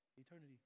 eternity